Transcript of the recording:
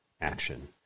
action